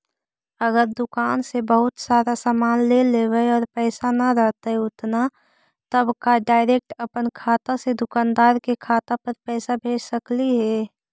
अगर दुकान से बहुत सारा सामान ले लेबै और पैसा न रहतै उतना तब का डैरेकट अपन खाता से दुकानदार के खाता पर पैसा भेज सकली हे?